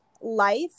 life